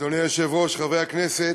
אדוני היושב-ראש, חברי הכנסת,